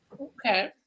Okay